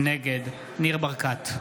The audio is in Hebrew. נגד ניר ברקת,